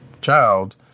child